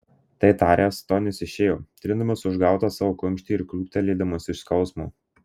tai taręs tonis išėjo trindamas užgautą savo kumštį ir krūptelėdamas iš skausmo